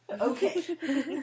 Okay